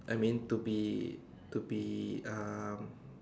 I mean to be to be um